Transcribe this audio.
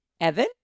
Evan